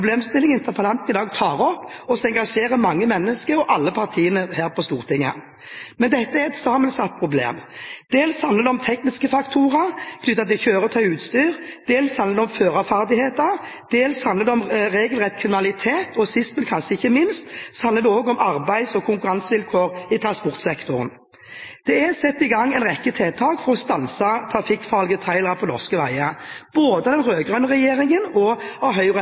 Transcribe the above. interpellanten i dag tar opp, som engasjerer mange mennesker og alle partiene her på Stortinget. Dette er et sammensatt problem. Dels handler det om tekniske faktorer knyttet til kjøretøy og utstyr, dels handler det om førerferdigheter, dels handler det om regelrett kriminalitet, og sist, men kanskje ikke minst handler det om arbeids- og konkurransevilkår i transportsektoren. Det er satt i gang en rekke tiltak for å stanse trafikkfarlige trailere på norske veier, både av den rød-grønne regjeringen og av